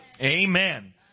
Amen